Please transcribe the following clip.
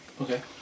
Okay